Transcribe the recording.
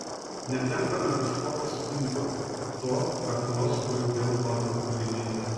netenkame kažko esmingo to ką filosofai vėl bando atgaivinti